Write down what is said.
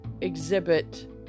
exhibit